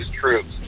troops